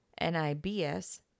NIBS